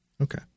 Okay